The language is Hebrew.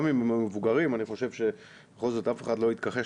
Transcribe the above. גם אם הם מבוגרים בכל זאת אף אחד לא יתכחש